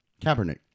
Kaepernick